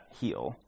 heal